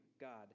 God